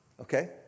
Okay